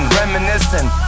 reminiscing